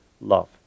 love